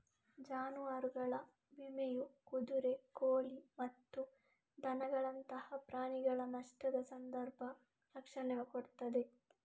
ಜಾನುವಾರುಗಳ ವಿಮೆಯು ಕುದುರೆ, ಕೋಳಿ ಮತ್ತು ದನಗಳಂತಹ ಪ್ರಾಣಿಗಳ ನಷ್ಟದ ಸಂದರ್ಭ ರಕ್ಷಣೆ ಕೊಡ್ತದೆ